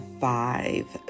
five